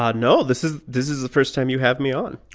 um no. this is this is the first time you have me on